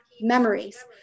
memories